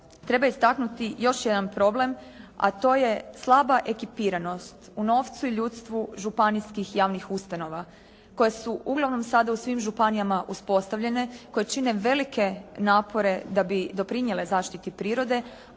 treba istaknuti još jedan problem, a to je slaba ekipiranost u novcu i ljudstvu županijskih javnih ustanova koje su uglavnom sada u svim županijama uspostavljene, koje čine velike napore da bi doprinijele zaštiti prirode,